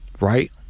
right